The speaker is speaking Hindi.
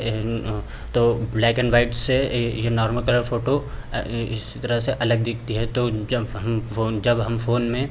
तो ब्लैक एंड वाइट से है यह नॉर्मल कलर फ़ोटो इसी तरह से अलग दिखती है तो जब हम फ़ोन जब हम फ़ोन में